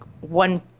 one